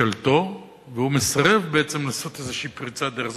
ממשלתו, והוא מסרב בעצם לעשות פריצת דרך.